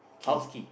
house key